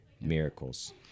miracles